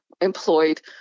employed